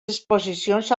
exposicions